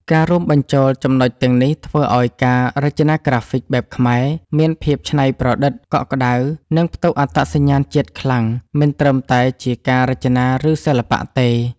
ការរួមបញ្ចូលចំណុចទាំងនេះធ្វើឲ្យការរចនាក្រាហ្វិកបែបខ្មែរមានភាពច្នៃប្រឌិត កក់ក្តៅ និងផ្ទុកអត្តសញ្ញាណជាតិខ្លាំង មិនត្រឹមតែជាការរចនា ឬសិល្បៈទេ។